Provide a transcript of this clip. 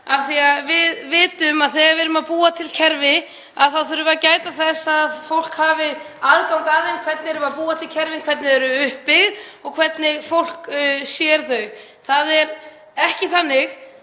af því að við vitum að þegar við erum að búa til kerfi þá þurfum við að gæta þess að fólk hafi aðgang að þeim, hvernig við erum að búa til kerfin og hvernig þau eru uppbyggð og hvernig fólk sér þau. Ef við